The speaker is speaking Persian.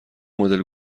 مدل